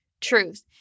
truth